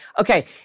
Okay